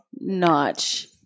notch